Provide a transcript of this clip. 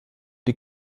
die